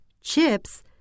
chips